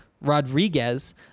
Rodriguez